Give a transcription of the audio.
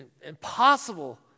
impossible